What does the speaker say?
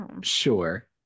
sure